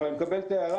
אבל אני מקבל את ההערה.